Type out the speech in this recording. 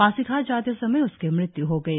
पासीघाट जाते समय उसकी मृत्यु हो गई